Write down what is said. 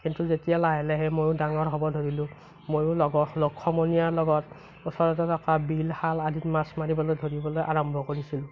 কিন্তু যেতিয়া লাহে লাহে মইও ডাঙৰ হ'ব ধৰিলোঁ মইও লগৰ লগ সমনীয়াৰ লগত ওচৰতে থকা বিল খাল আদিত মাছ মাৰিবলৈ ধৰিবলৈ আৰম্ভ কৰিছিলোঁ